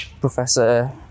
Professor